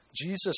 Jesus